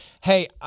Hey